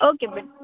okay ಬಿಡ್